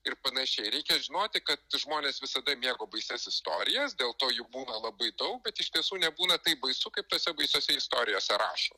ir panašiai reikia žinoti kad žmonės visada mėgo baisias istorijas dėl to jų būna labai daug bet iš tiesų nebūna taip baisu kaip tose baisiose istorijose rašo